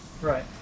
Right